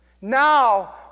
Now